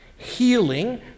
healing